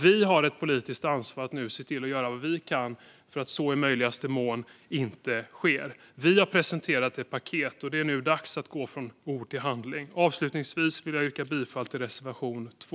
Vi har ett politiskt ansvar att nu göra vad vi kan för att så i möjligaste mån inte ska ske. Vi har presenterat ett paket, och det är nu dags att gå från ord till handling. Avslutningsvis vill jag yrka bifall till reservation 2.